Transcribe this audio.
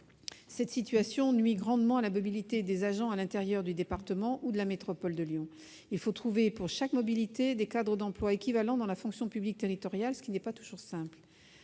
Cette situation nuit grandement à la mobilité des agents à l'intérieur du département ou de la métropole de Lyon : il faut trouver, pour chaque mobilité, des cadres d'emploi équivalents dans la fonction publique territoriale, ce qui n'est pas toujours simple.